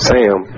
Sam